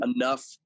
enough